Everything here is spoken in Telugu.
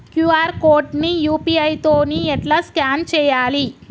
క్యూ.ఆర్ కోడ్ ని యూ.పీ.ఐ తోని ఎట్లా స్కాన్ చేయాలి?